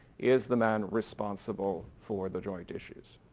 is the man responsible for the joint issues.